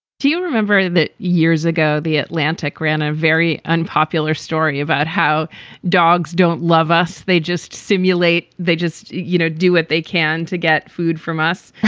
do you remember that years ago, the atlantic ran a very unpopular story about how dogs don't love us. they just simulate they just, you know, do what they can to get food from us.